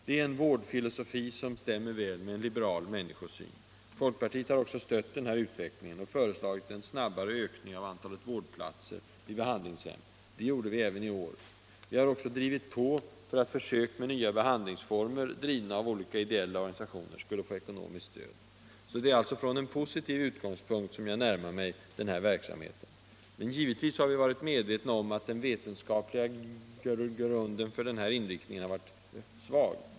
Det är en vårdfilosofi som stämmer väl med en liberal människosyn. Folkpartiet har också stött denna utveckling och föreslagit en snabbare ökning av antalet vårdplatser på behandlingshem. Det gjorde vi även i år. Vi har också drivit på för att försök med nya behandlingsformer, drivna av olika ideella organisationer, skulle få ekonomiskt stöd. Det är alltså från en positiv utgångspunkt som jag närmar mig den här verksamheten. Men givetvis har vi varit medvetna om att den vetenskapliga grunden för den här inriktningen har varit svag.